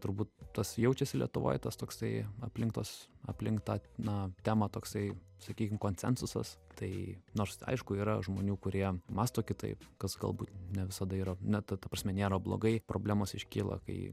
turbūt tas jaučiasi lietuvoj tas toksai aplink tos aplink tą na temą toksai sakykim konsensusas tai nors aišku yra žmonių kurie mąsto kitaip kas galbūt ne visada yra ne ta ta prasme nėra blogai problemos iškyla kai